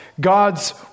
God's